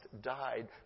died